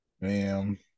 Bam